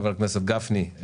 חבר הכנסת גפני,